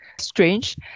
strange